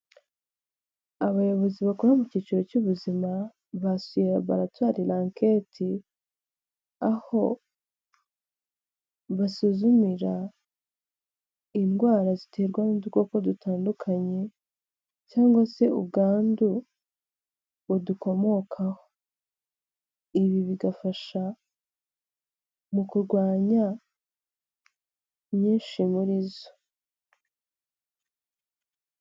Abayobozi bakora mu cyiciro cy'ubuzima basuye laboratori rankete aho basuzumira indwara ziterwa n'udukoko dutandukanye, cyangwa se ubwandu budukomokaho ibi bigafasha mu kurwanya nyinshi muri zo.